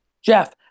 Jeff